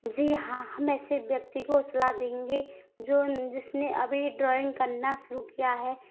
जी हाँ हम ऐसे व्यक्ति को सलाह देंगे जो जिसने अभी ड्राइंग करना शुरू किया है